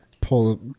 pull